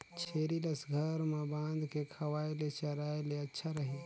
छेरी ल घर म बांध के खवाय ले चराय ले अच्छा रही?